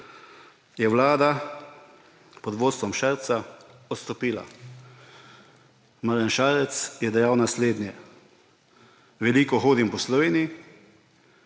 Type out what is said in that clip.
je vlada pod vodstvom Šarca odstopila. Marjan Šarec je dejal naslednje: Veliko hodim po Sloveniji,